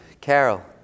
Carol